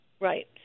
Right